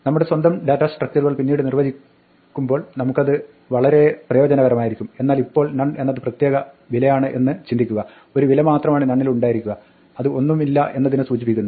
നമ്മുടെ സ്വന്തം ഡാറ്റാ സ്ട്രക്ച്റുകൾ പിന്നീട് നിർവ്വചിക്കുമ്പോൾ നമുക്കത് വളരെ പ്രയോജനകരമായിരിക്കും എന്നാൽ ഇപ്പോൾ നൺ എന്നത് ഒരു പ്രത്യേക വിലയാണ് എന്ന് ചിന്തിക്കുക ഒരു വില മാത്രമാണ് നണിൽ ഉണ്ടായിരിക്കുക അത് ഒന്നുമില്ല എന്നതിനെ സൂചിപ്പിക്കുന്നു